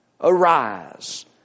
Arise